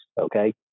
okay